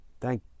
Thank